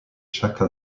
chaque